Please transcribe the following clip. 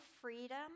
freedom